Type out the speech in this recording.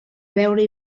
veure